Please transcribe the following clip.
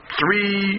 three